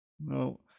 No